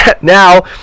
now